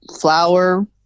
Flour